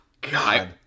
God